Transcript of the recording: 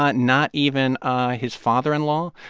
not not even his father-in-law.